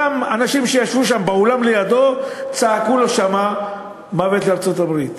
אותם אנשים שישבו שם באולם לידו צעקו לו שם "מוות לארצות-הברית".